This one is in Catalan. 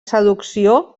seducció